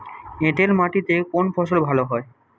এঁটেল মাটিতে কোন ফসল ভালো হয়?